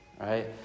right